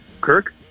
Kirk